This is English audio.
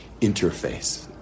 interface